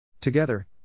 Together